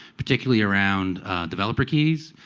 particularly around developer keys,